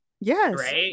Yes